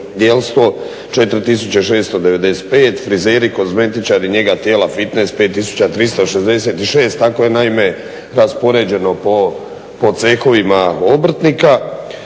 poljodjelstvo 4 695, frizeri, kozmetičari i njega tijela, fitnes 5 366. Tako je naime raspoređeno po cehovima obrtnika.